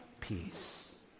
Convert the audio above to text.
peace